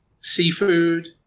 seafood